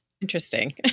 interesting